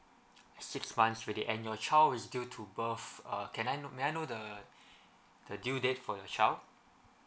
six months already and your child is still to birth can I know may I know the the due date for the child